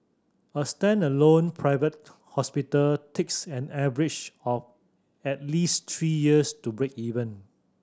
a standalone private hospital takes an average of at least three years to break even